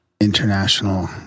international